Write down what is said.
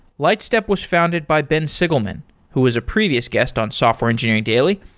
lightstep was founded by ben sigelman who was a previous guest on software engineering daily.